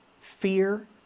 fear